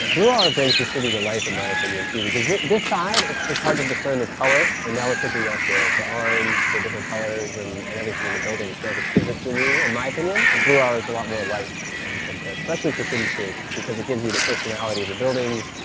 blue hour brings the city to life in my opinion too, because this side, it's it's hard to discern the color, and now we're picking up the the orange, the different colors, and and everything in the buildings. now this gives it to me, in my opinion, blue hour's a lot more life in the sunset, especially for city scapes, because it gives you the personality of the buildings,